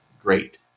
great